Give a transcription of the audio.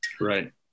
Right